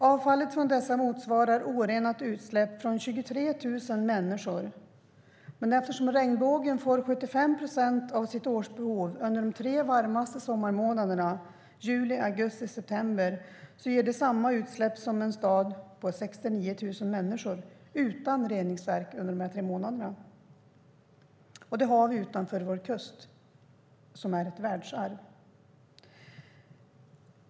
Avfallet från dessa motsvarar årligen orenat utsläpp från 23 000 människor. Men eftersom regnbågen får 75 procent av sitt årsbehov under de tre varmaste sommarmånaderna juli, augusti och september ger det samma utsläpp som från en stad på 69 000 människor - utan reningsverk. Och detta har vi utanför vår kust som är ett världsarv!